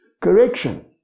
correction